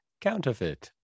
Counterfeit